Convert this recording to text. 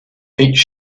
each